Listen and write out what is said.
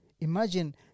Imagine